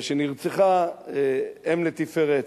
שנרצחה אם לתפארת,